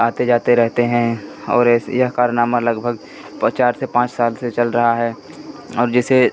आते जाते रहते हैं और ऐसे यह कारनामा लगभग चार से पाँच साल से चल रहा है अब जैसे